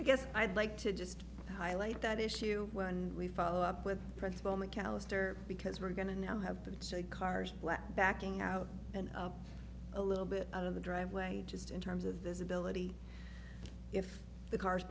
i guess i'd like to just highlight that issue when we follow up with principal mcallister because we're going to now have the cars left backing out and a little bit out of the driveway just in terms of this ability if the cars